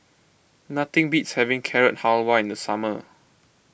nothing beats having Carrot Halwa in the summer